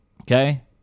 okay